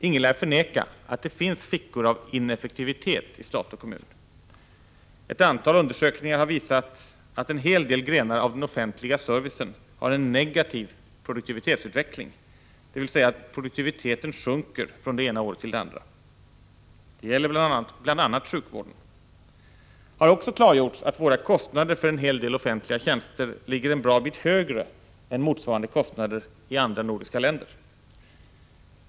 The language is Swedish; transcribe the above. Ingen lär förneka att det finns fickor av ineffektivitet i stat och kommun. Ett antal undersökningar har visat att en hel del grenar av den offentliga servicen har en negativ produktivitetsutveckling, dvs. att produktiviteten sjunker från det ena året till det andra. Det gäller bl.a. sjukvården. Det har också klargjorts att våra kostnader för en hel del offentliga tjänster ligger en bra bit högre än motsvarande kostnader i andra nordiska länder.